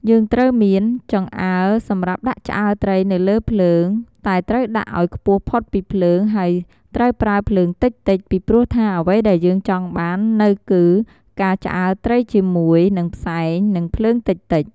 យើងត្រូវមាន ចង្អើរសម្រាប់ដាក់ឆ្អើរត្រីនៅលើភ្លើង តែត្រូវដាក់អោយខ្ពស់ផុតពីភ្លើង ហើយត្រូវប្រើភ្លើងតិចៗ ពីព្រោះថាអ្វីដែលយើងចង់បាននៅគឺការឆ្អើរត្រីជាមួយ និងផ្សែង និងភ្លើងតិចៗ។